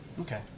Okay